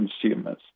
consumers